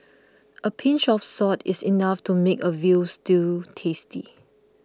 a pinch of salt is enough to make a Veal Stew tasty